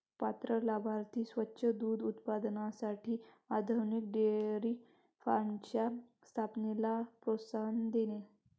पात्र लाभार्थी स्वच्छ दूध उत्पादनासाठी आधुनिक डेअरी फार्मच्या स्थापनेला प्रोत्साहन देणे